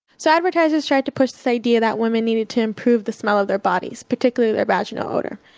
so advertisers tried to push this idea that women needed to improve the smell of their bodies, particularly their vaginal odor.